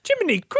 Jiminy